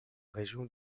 région